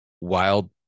wild